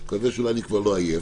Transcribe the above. ומקווה שאולי אני כבר לא עייף,